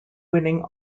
winning